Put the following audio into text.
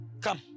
Come